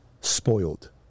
spoiled